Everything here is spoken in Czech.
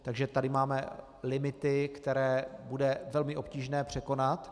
Takže tady máme limity, které bude velmi obtížné překonat.